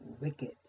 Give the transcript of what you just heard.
wicked